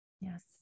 Yes